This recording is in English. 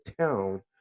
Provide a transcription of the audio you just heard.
town